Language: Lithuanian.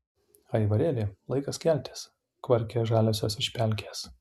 aivarėli laikas keltis kvarkia žaliosios iš pelkės